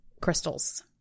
Crystals